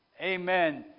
Amen